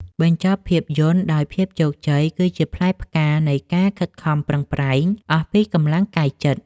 បញ្ចប់ភាពយន្តដោយភាពជោគជ័យគឺជាផ្លែផ្កានៃការខិតខំប្រឹងប្រែងអស់ពីកម្លាំងកាយចិត្ត។